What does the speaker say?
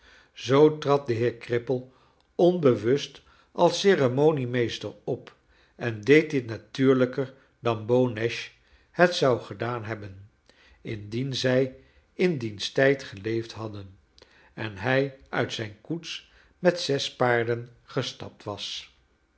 zoo trad de heer cripple onbewust als ceremoniemeester op en deed dit natuurlijker dan beau nash het zou gedaan hebben indien zij in diens tijd geleefd hadden en hij uit zijn koets met zes paarden gestapt was